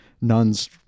nuns